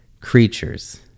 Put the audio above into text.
creatures